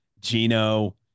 Gino